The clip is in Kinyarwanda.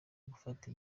gufata